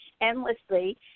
endlessly